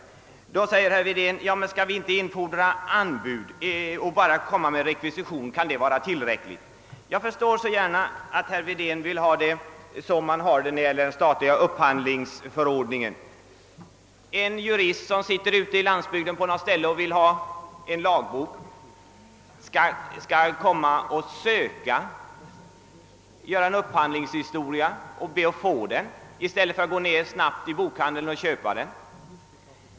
Nu frågar herr Wedén, om vi då inte skall infordra anbud utan bara skicka in rekvisitioner. Är det tillräckligt? frågar herr Wedén. Jag förstår att herr Wedén vill ha det på samma sätt som i den statliga upphandlingsförordningen. En jurist som sitter på en ort ute i landsbygden och behöver en lagbok skall enligt den förordningen genom en ansökan anhålla om att få boken i stället för att omedelbart gå ner till bokhandeln och köpa den.